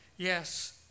Yes